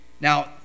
Now